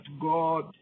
God